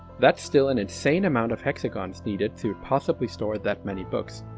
that's still an insane amount of hexagons needed to possibly store that many books,